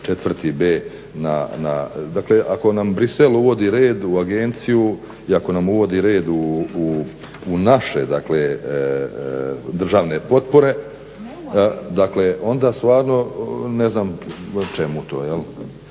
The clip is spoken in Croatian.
na kraju 4.b dakle ako nam Bruxelles uvodi red u agenciju i ako nam uvodi red u naše državne potpore onda stvarno ne znam čemu to. kako